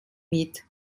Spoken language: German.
mit